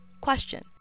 Question